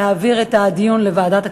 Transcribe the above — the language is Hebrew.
להעביר את הדיון לוועדת הכספים.